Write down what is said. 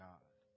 God